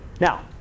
Now